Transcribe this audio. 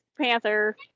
Panther